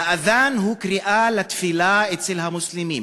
האזאן הוא קריאה לתפילה אצל המוסלמים,